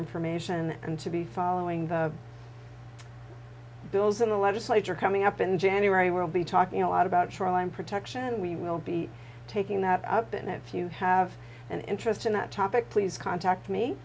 information and to be following bills in the legislature coming up in january we'll be talking a lot about troy and protection and we will be taking that up and if you have an interest in that topic please contact me